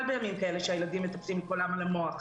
בימים אלו שהילדים מטפסים לכולם על המוח,